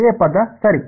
A ಪದ ಸರಿ